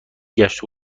گشت